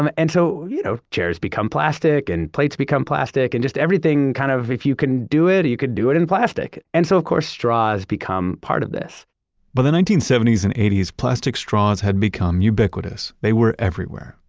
um and so, you know, chairs become plastic, and plates become plastic, and just everything kind of, if you can do it, you could do it in plastic. and so of course straws become part of this by the nineteen seventy s and eighty s, plastic straws had become ubiquitous, they were everywhere.